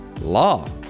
Law